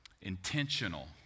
intentional